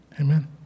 Amen